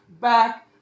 back